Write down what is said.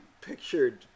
pictured